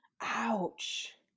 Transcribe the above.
Ouch